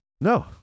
no